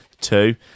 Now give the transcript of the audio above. two